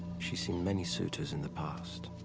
she's seen many suitors in the past.